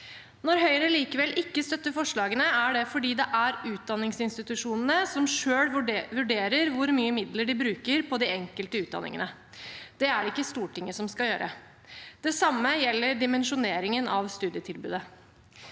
Når Høyre likevel ikke støtter forslagene, er det fordi det er utdanningsinstitusjonene som selv vurderer hvor mye midler de bruker på de enkelte utdanningene. Det er det ikke Stortinget som skal gjøre. Det samme gjelder dimensjoneringen av studietilbudet.